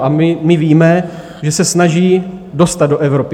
A my víme, že se snaží dostat do Evropy.